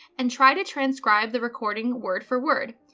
and try to transcribe the recording word for word.